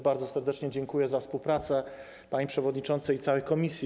Bardzo serdecznie dziękuję za współpracę pani przewodniczącej i całej komisji.